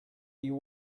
you